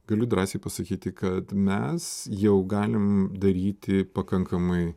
galiu drąsiai pasakyti kad mes jau galim daryti pakankamai